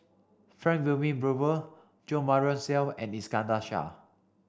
Frank Wilmin Brewer Jo Marion Seow and Iskandar Shah